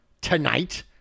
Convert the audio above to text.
tonight